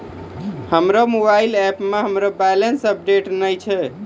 हमरो मोबाइल एपो मे हमरो बैलेंस अपडेट नै छै